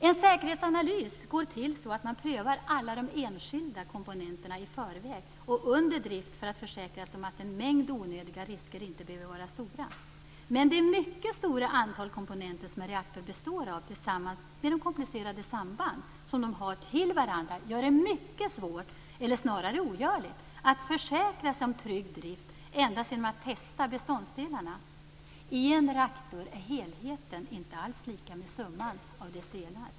En säkerhetsanalys går till så att man prövar alla de enskilda komponenterna i förväg och under drift för att försäkra sig om att en mängd onödiga risker inte behöver bli stora. Men en reaktor består av en mängd komponenter med komplicerade samband till varandra som gör det mycket svårt, eller ogörligt, att försäkra sig om trygg drift endast genom att testa beståndsdelarna. I en reaktor är helheten inte alls lika med summan av dess delar.